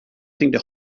nothing